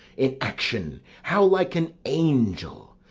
in action how like an angel!